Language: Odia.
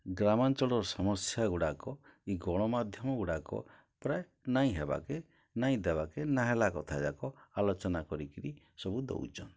ଗ୍ରାମାଞ୍ଚଳର ସମସ୍ୟାଗୁଡ଼ାକ ଇ ଗଣମାଧ୍ୟମଗୁଡ଼ାକ ପ୍ରାୟ ନାଇଁ ହେବାକେ ନାଇଁ ଦେବାକେ ନାହେଲା କଥାଗୁଡ଼ାକ ଆଲୋଚନା କରିକି ସବୁ ଦଉଚନ୍